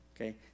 Okay